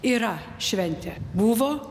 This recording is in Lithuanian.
yra šventė buvo